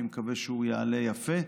אני מקווה שהוא יעלה יפה.